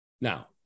Now